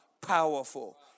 powerful